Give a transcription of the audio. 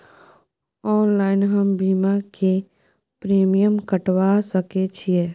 Online हम बीमा के प्रीमियम कटवा सके छिए?